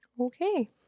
Okay